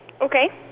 Okay